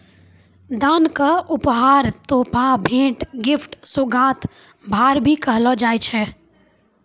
दान क उपहार, तोहफा, भेंट, गिफ्ट, सोगात, भार, भी कहलो जाय छै